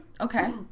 Okay